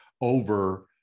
over